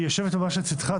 היא יושבת ממש לצדך,